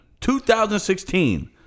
2016